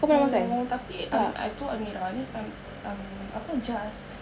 no tapi um I told amira then I um err apa jaz